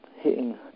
hitting